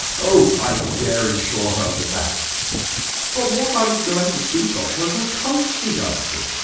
oh, i dare insure her for that but what i was going to speak of was her country-dancing.